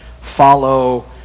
Follow